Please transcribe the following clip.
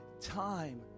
Time